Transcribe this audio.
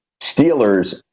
Steelers